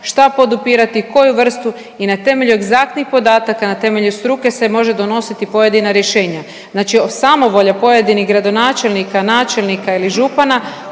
šta podupirati, koju vrstu i na temelju egzaktnih podataka, na temelju struke se može donositi pojedina rješenja. Znači samovolja pojedinih gradonačelnika, načelnika ili župana